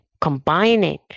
combining